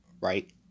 Right